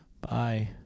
bye